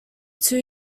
two